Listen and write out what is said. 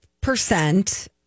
percent